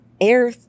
air